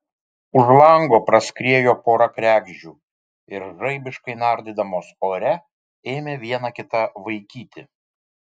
už lango praskriejo pora kregždžių ir žaibiškai nardydamos ore ėmė viena kitą vaikyti